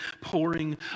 pouring